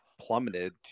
plummeted